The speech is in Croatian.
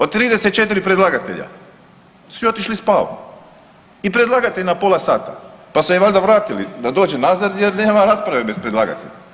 Od 34 predlagatelja svi otišli spavat i predlagatelj na pola sata, pa se valjda vratili da dođe nazad jer nema rasprave bez predlagatelja.